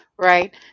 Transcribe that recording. Right